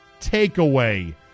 takeaway